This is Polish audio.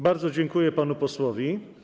Bardzo dziękuję panu posłowi.